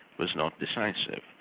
was not decisive.